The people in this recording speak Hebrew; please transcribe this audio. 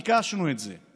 כמה פעמים ביקשנו את זה?